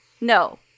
No